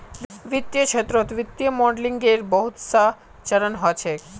वित्तीय क्षेत्रत वित्तीय मॉडलिंगेर बहुत स चरण ह छेक